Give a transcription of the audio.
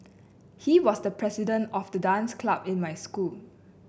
he was the president of the dance club in my school